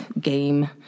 game